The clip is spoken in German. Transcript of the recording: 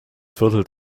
viertel